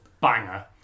banger